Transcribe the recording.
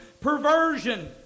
perversion